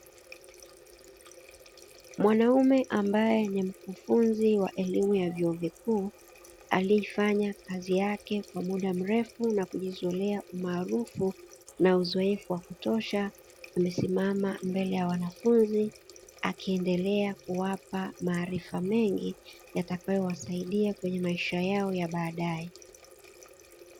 Mwanaume ambaye ni mkufunzi wa elimu ya vyuo vikuu, aliyefanya kazi yake kwa muda mrefu na kujizolea umaarufu na uzoefu wa kutosha, amesimama mbele ya wanafunzi akiendelea kuwapa maarifa mengi yatakayowasaidia kwenye maisha yao ya baadaye.